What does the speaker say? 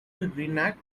reenact